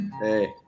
hey